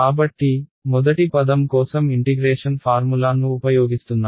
కాబట్టి మొదటి పదం కోసం ఇంటిగ్రేషన్ ఫార్ములా ను ఉపయోగిస్తున్నారు